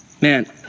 Man